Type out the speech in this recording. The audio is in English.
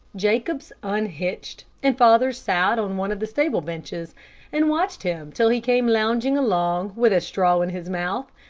jacobs unhitched, and father sat on one of the stable benches and watched him till he came lounging along with a straw in his mouth,